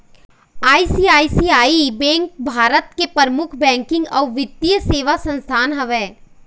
ICICI bank भारत के परमुख बैकिंग अउ बित्तीय सेवा संस्थान हवय